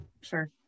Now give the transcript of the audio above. Sure